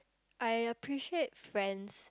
I appreciate friends